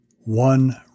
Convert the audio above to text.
one